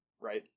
Right